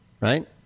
right